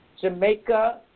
Jamaica